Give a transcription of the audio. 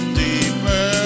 deeper